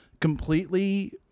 completely